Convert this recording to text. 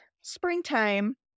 springtime